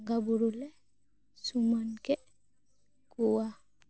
ᱵᱚᱸᱜᱟ ᱵᱳᱨᱳ ᱞᱮ ᱥᱚᱢᱟᱱ ᱠᱮᱜ ᱠᱚᱣᱟ